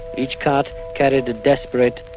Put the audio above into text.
each cart carried a desperate,